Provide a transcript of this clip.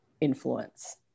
influence